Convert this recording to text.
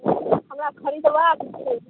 हमरा खरिदबाके छै